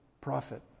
profit